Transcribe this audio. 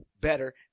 better